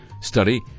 study